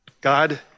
God